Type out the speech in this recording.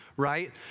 right